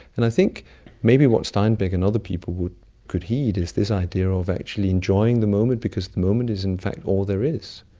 and i think maybe what steinbeck and other people could heed is this idea of actually enjoying the moment, because the moment is in fact all there is.